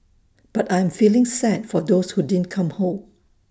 but I am feeling sad for those who didn't come home